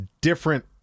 different